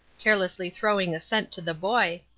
carelessly throwing a cent to the boy,